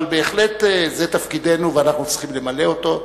אבל זה בהחלט תפקידנו ואנחנו צריכים למלא אותו.